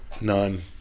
None